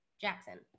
Jackson